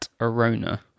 Arona